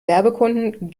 werbekunden